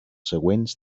següents